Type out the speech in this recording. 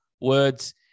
words